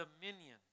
dominion